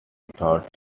thought